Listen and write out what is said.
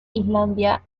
islandia